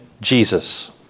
Jesus